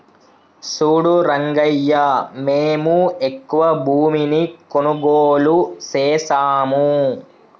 సూడు రంగయ్యా మేము ఎక్కువ భూమిని కొనుగోలు సేసాము